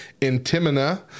Intimina